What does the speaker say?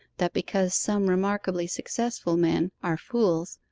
that because some remarkably successful men are fools,